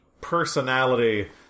personality